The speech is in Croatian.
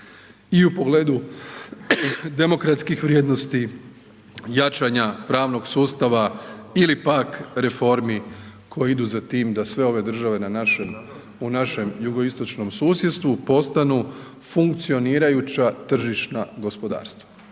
i u pogledu demokratskih vrijednosti jačanja pravnog sustava ili pak reformi koji idu za tim da sve ove države u našem jugoistočnom susjedstvu postanu funkcionirajuća tržišna gospodarstva,